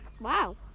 Wow